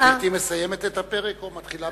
גברתי מסיימת את הפרק או מתחילה בו מחדש?